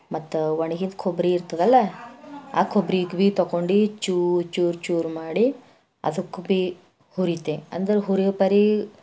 ಮತ್ತು ಒಣಗಿದ ಕೊಬ್ಬರಿ ಇರ್ತದಲ್ಲ ಆ ಕೊಬ್ಬರಿ ಇಕ್ವಿ ತಗೊಂಡು ಚೂ ಚೂರು ಚೂರು ಮಾಡಿ ಅದಕ್ಕೂ ಭೀ ಹುರಿತೆ ಅಂದ್ರೆ ಹುರಿಯೋ ಪರಿ